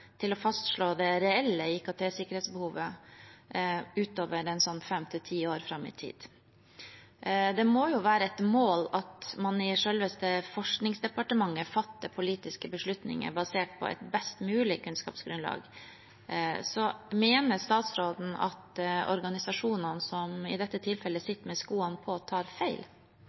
til å fastslå det reelle IKT-sikkerhetsbehovet utover fem til ti år fram i tid. Det må jo være et mål at man i selveste Kunnskapsdepartementet fatter politiske beslutninger basert på et best mulig kunnskapsgrunnlag. Mener statsråden at organisasjonene som i dette tilfellet sitter med skoene på, tar feil?